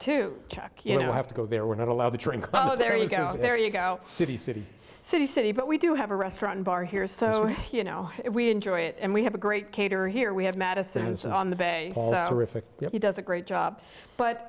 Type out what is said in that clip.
to check you know i have to go there we're not allowed the trains but there you go there you go city city city city but we do have a restaurant bar here so you know we enjoy it and we have a great caterer here we have madison and so on the bay he does a great job but